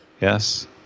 Yes